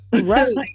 Right